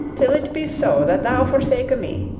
till it be so that thou forsake me.